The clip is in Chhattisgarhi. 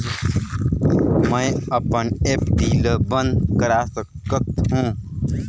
मैं अपन एफ.डी ल बंद करा चाहत हों